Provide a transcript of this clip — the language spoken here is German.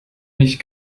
nicht